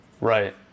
Right